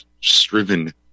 striven